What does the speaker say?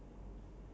mmhmm